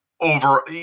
over